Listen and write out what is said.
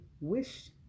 wish